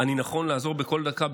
אני נכון לעזור בכל דקה,